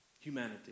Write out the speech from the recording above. humanity